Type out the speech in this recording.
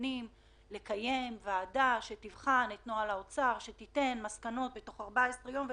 שמתכוונים לקיים ועדה שתבחן את נוהל האוצר ותיתן מסקנות בתוך 14 יום.